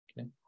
Okay